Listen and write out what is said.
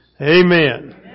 Amen